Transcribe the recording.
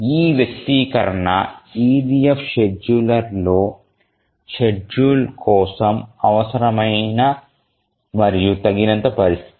ఈ వ్యక్తీకరణ EDF షెడ్యూలర్ల షెడ్యూల్ కోసం అవసరమైన మరియు తగినంత పరిస్థితి